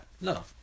No